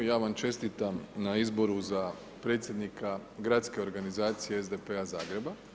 I ja vam čestitam na izboru za predsjednika Gradske organizacije SDP-a Zagreba.